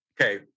Okay